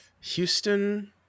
Houston